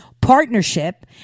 partnership